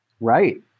Right